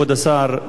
כבוד השר,